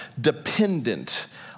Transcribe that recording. dependent